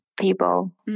people